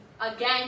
again